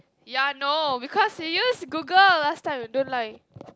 ya no because you use Google last time you don't lie